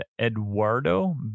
eduardo